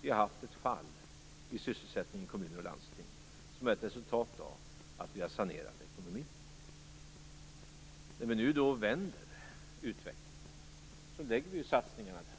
Vi har haft ett fall i sysselsättningen i kommuner och landsting som ett resultat av att vi har sanerat ekonomin. När vi nu vänder utvecklingen gör vi ju satsningarna där.